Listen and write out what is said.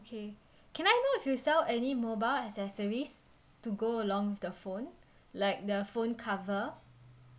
okay can I know if you sell any mobile accessories to go along with the phone like the phone cover